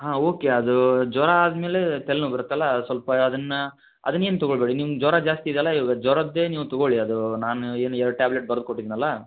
ಹಾಂ ಓಕೆ ಅದು ಜ್ವರ ಆದಮೇಲೆ ತಲೆನೋವು ಬರುತ್ತೆಲ್ಲ ಸ್ವಲ್ಪ ಅದನ್ನು ಅದನ್ನೇನು ತೊಗೊಳ್ಬೇಡಿ ನಿಮ್ಮ ಜ್ವರ ಜಾಸ್ತಿ ಇದೆ ಅಲ್ಲ ಇವಾಗ ಜ್ವರದ್ದೇ ನೀವು ತೊಗೊಳ್ಳಿ ಅದೂ ನಾನು ಏನು ಎರ್ಡು ಟ್ಯಾಬ್ಲೆಟ್ ಬರೆದ್ಕೊಟ್ಟಿದ್ನಲ್ಲ